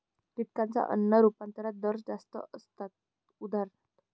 कीटकांचा अन्न रूपांतरण दर जास्त असतो, उदा